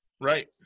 Right